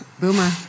Boomer